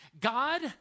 God